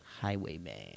Highwayman